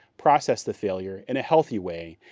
process the failure in a healthy way,